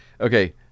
Okay